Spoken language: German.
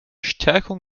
stärkung